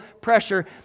pressure